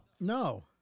No